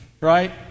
right